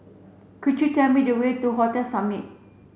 could you tell me the way to Hotel Summit